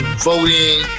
Voting